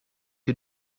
you